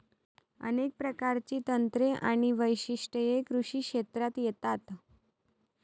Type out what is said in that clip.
अनेक प्रकारची तंत्रे आणि वैशिष्ट्ये कृषी क्षेत्रात येतात